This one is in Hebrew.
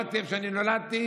איפה שאני נולדתי,